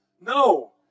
No